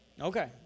Okay